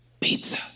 Pizza